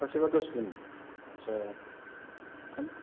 सबथासे बा दसदिन आतसा